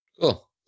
Cool